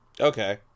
Okay